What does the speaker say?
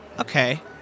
Okay